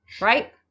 Right